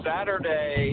Saturday